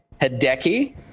Hideki